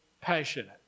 passionate